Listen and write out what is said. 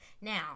now